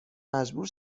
مجبور